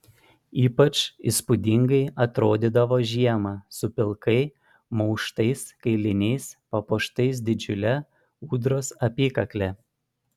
ypač įspūdingai atrodydavo žiemą su pilkai muštais kailiniais papuoštais didžiule ūdros apykakle